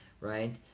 right